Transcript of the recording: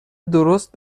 درست